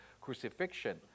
crucifixion